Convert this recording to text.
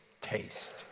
taste